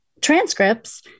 transcripts